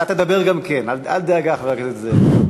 אתה תדבר גם כן, אל דאגה, חבר הכנסת זאב.